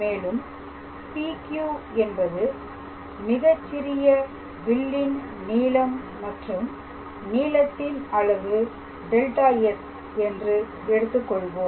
மேலும் PQ என்பது மிகச்சிறிய வில்லின் நீளம் மற்றும் நீளத்தின் அளவு δs என்று எடுத்துக்கொள்வோம்